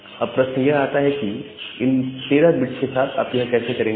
अब प्रश्न यह आता है कि इन 13 बिट्स के साथ आप यह कैसे करेंगे